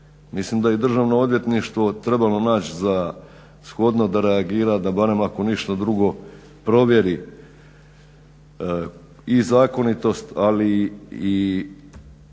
Mislim da je i Državno odvjetništvo trebalo naći za shodno da reagira da barem ako ništa drugo provjeri i zakonitost, ali i